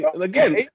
again